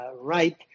right